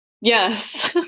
Yes